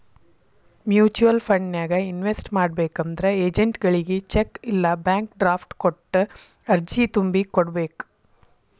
mutual ಫಂಡನ್ಯಾಗ invest ಮಾಡ್ಬೇಕಂದ್ರ ಏಜೆಂಟ್ಗಳಗಿ ಚೆಕ್ ಇಲ್ಲಾ ಬ್ಯಾಂಕ್ ಡ್ರಾಫ್ಟ್ ಕೊಟ್ಟ ಅರ್ಜಿ ತುಂಬಿ ಕೋಡ್ಬೇಕ್